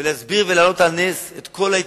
ולהסביר ולהעלות על נס את כל ההתנגדות,